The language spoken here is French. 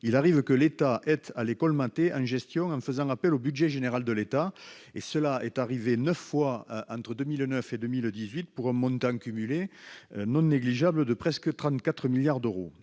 il arrive qu'il faille les colmater en gestion, en faisant appel au budget général de l'État. C'est arrivé neuf fois entre 2009 et 2018, pour un montant cumulé de presque 34 milliards d'euros